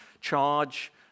charge